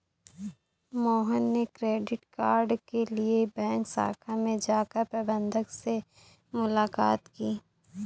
मोहन ने credit card के लिए बैंक शाखा में जाकर प्रबंधक से मुलाक़ात की